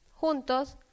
juntos